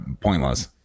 pointless